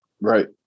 Right